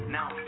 now